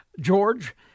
George